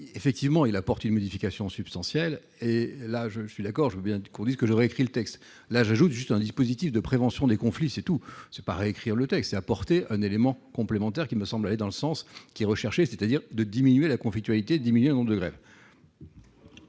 effectivement, il apporte une modification substantielle et là je suis d'accord, je veux bien qu'on dise que j'aurais écrit le texte là j'ajoute juste un dispositif de prévention des conflits, c'est tout, c'est pas réécrire le texte et apporter un élément complémentaire qui me semble aller dans le sens qui est recherché, c'est-à-dire de diminuer la confiture été diminué avant de grève.